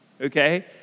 Okay